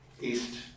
East